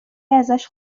ازش